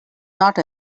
not